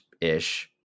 ish